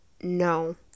No